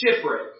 shipwreck